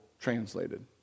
translated